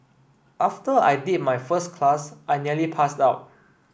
after I did my first class I nearly passed out